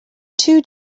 two